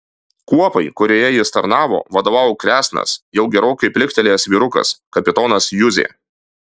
kuopai kurioje jis tarnavo vadovavo kresnas jau gerokai pliktelėjęs vyrukas kapitonas juzė